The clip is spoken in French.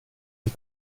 est